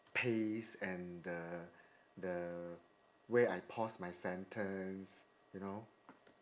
pace and the the where I pause my sentence you know